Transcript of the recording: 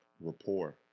rapport